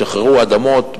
שחררו אדמות,